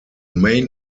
main